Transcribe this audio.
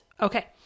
Okay